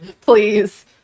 Please